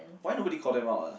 why nobody call them out ah